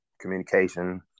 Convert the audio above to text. communication